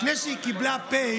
לפני שהיא קיבלה פ',